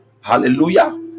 hallelujah